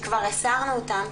כבר הסרנו אותם.